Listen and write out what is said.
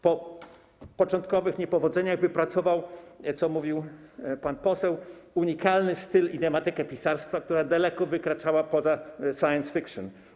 Po początkowych niepowodzeniach wypracował, co mówił pan poseł, unikalny styl i dramatykę pisarstwa, które daleko wykraczało poza science fiction.